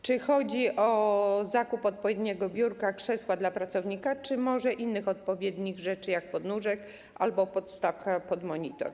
Czy chodzi o zakup odpowiedniego biurka, krzesła dla pracownika, czy może innych odpowiednich rzeczy, takich jak podnóżek albo podstawka pod monitor?